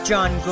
John